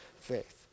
faith